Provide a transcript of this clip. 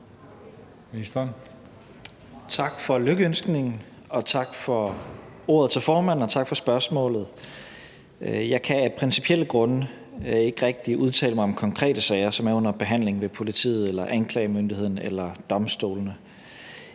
Tak for lykønskningen, og tak for spørgsmålet. Jeg kan af principielle grunde ikke rigtig udtale mig om konkrete sager, som er under behandling ved politiet, anklagemyndigheden eller domstolene.